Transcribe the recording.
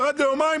ירד לו יומיים,